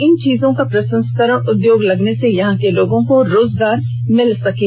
इन चीजों का प्रसंस्करण उद्योग लगने से यहां लोगों को रोजगार मिल सकेगा